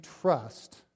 trust